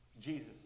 Jesus